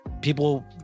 people